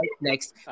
Next